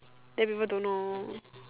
then people don't know